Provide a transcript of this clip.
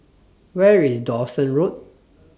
Where IS Dawson Road